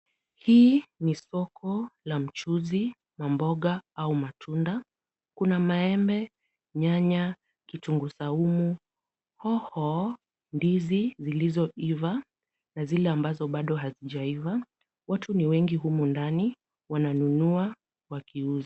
Hii ni soko la mchuuzi wa mboga au matunda. Kuna maembe, nyanya, kitunguu saumu, hoho, ndizi zilizoiva na zile ambazo bado hazijaiva. Watu ni wengi humu ndani wananunua wakiuza.